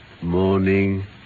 Morning